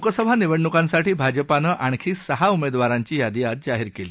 लोकसभा निवडणुकांसाठी भाजपानं आणखी सहा उमेदवारांची यादी आज जाहीर केली